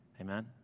amen